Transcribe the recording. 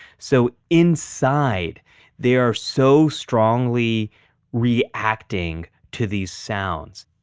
so inside they are so strongly reacting to these sounds.